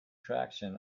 traction